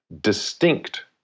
distinct